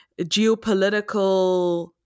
geopolitical